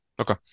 Okay